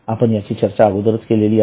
आपण याची चर्चा अगोदरच केलेली आहे